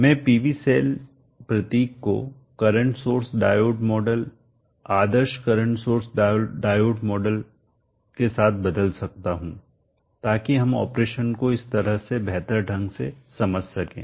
मैं PV cell प्रतीक को करंट सोर्स डायोड मॉडल आदर्श करंट सोर्स डायोड मॉडल के साथ बदल सकता हूं ताकि हम ऑपरेशन को इस तरह से बेहतर ढंग से समझ सकें